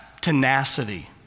tenacity